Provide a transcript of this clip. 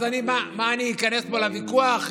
אז מה, איכנס פה לוויכוח,